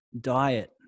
diet